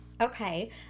Okay